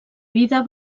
vida